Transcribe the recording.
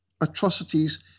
atrocities